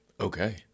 Okay